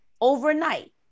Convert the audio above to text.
overnight